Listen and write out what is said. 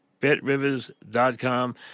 betrivers.com